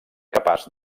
capaç